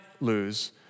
lose